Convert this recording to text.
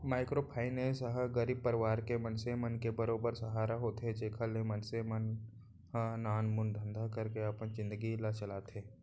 micro finance ह गरीब परवार के मनसे मन के बरोबर सहारा होथे जेखर ले मनसे मन ह नानमुन धंधा करके अपन जिनगी ल चलाथे